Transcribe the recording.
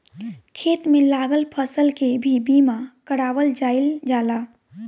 खेत में लागल फसल के भी बीमा कारावल जाईल जाला